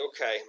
Okay